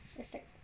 is like